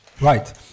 Right